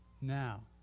Now